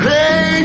Hey